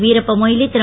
Veerappa Moily Thiru